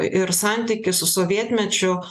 ir santykį su sovietmečiu